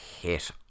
hit